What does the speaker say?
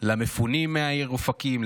למפונים מהעיר אופקים,